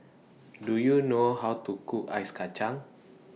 Do YOU know How to Cook Ice Kacang